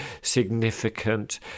significant